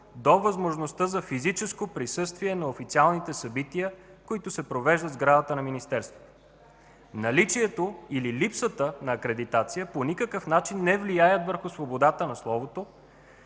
до възможността за физическо присъствие на официалните събития, които се провеждат в сградата на Министерството. Наличието или липсата на акредитация по никакъв начин не влияят върху свободата на словото